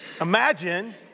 imagine